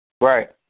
Right